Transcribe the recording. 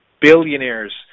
billionaires